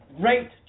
great